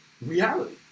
reality